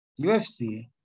UFC